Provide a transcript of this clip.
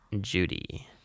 Judy